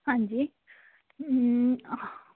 ਹਾਂਜੀ